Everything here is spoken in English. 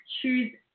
choose